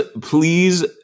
please